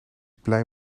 blij